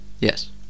Yes